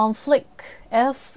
，flick，f